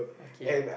okay